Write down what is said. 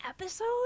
episode